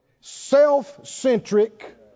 self-centric